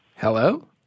Hello